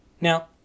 Now